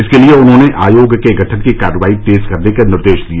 इसके लिए उन्होंने आयोग के गठन की कार्यवाही तेज करने के निर्देश दिए